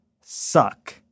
suck